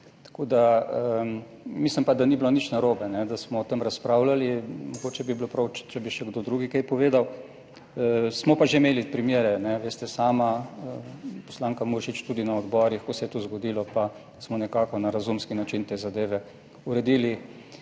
člena. Mislim pa, da ni bilo nič narobe, da smo o tem razpravljali. Mogoče bi bilo prav, če bi še kdo drug kaj povedal. Smo pa že imeli primere, veste sami, poslanka Muršič, tudi na odborih, ko se je to zgodilo, pa smo nekako na razumski način te zadeve uredili.